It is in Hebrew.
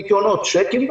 ניכיונות צ'קים,